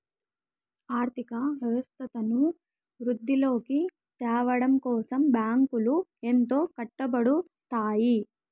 ఆర్థిక వ్యవస్థను వృద్ధిలోకి త్యావడం కోసం బ్యాంకులు ఎంతో కట్టపడుతాయి